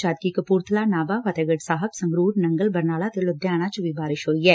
ਜਦਕਿ ਕਪੁਰਬਲਾ ਨਾਭਾ ਫਤਹਿਗੜ੍ ਸਾਹਿਬ ਸੰਗਰੂਰ ਨੰਗਲ ਬਰਨਾਲਾ ਤੇ ਲੁਧਿਆਣਾ ਚ ਵੀ ਬਾਰਸ਼ ਹੋਈ ਐ